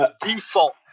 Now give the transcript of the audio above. default